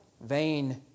Vain